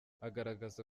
agaragaza